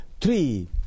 three